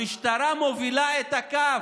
המשטרה מובילה את הקו